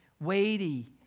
weighty